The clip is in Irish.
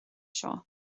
seo